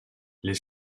les